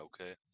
okay